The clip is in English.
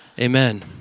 Amen